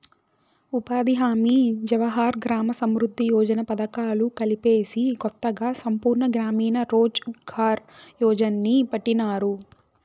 ఉపాధి హామీ జవహర్ గ్రామ సమృద్ది యోజన పథకాలు కలిపేసి కొత్తగా సంపూర్ణ గ్రామీణ రోజ్ ఘార్ యోజన్ని పెట్టినారు